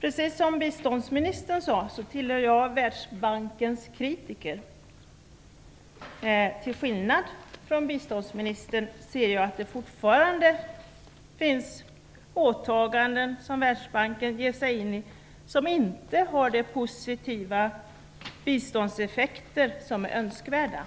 Precis som biståndsministern sade hör jag till Världsbankens kritiker. Till skillnad från biståndsministern ser jag att det fortfarande finns åtaganden som Världsbanken ger sig in i som inte har de positiva biståndseffekter som är önskvärda.